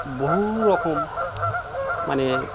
বহু রকম মানে